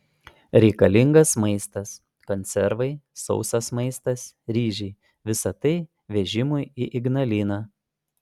reikalingas maistas konservai sausas maistas ryžiai visa tai vežimui į ignaliną